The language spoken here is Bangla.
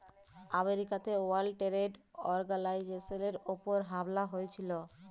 আমেরিকাতে ওয়ার্ল্ড টেরেড অর্গালাইজেশলের উপর হামলা হঁয়েছিল